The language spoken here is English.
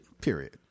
Period